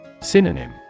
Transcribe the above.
Synonym